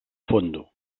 fondo